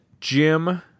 Jim